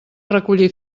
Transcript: recollir